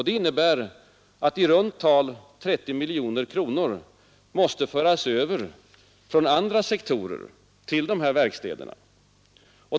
Det innebär att i runt tal 30 miljoner kronor måste föras över från andra sektorer till dessa verkstäder.